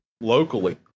locally